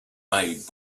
made